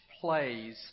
plays